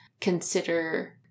consider